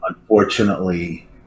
unfortunately